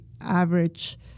average